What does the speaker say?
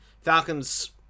Falcons